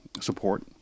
support